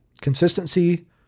consistency